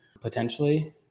potentially